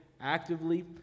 actively